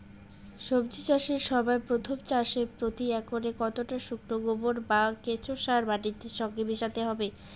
সবজি চাষের সময় প্রথম চাষে প্রতি একরে কতটা শুকনো গোবর বা কেঁচো সার মাটির সঙ্গে মেশাতে হবে?